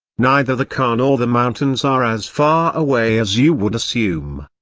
neither the car nor the mountains are as far away as you would assume.